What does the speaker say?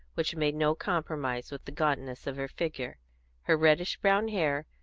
which made no compromise with the gauntness of her figure her reddish-brown hair,